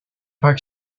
park